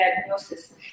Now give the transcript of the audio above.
diagnosis